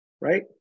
right